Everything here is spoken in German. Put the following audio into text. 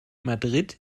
madrid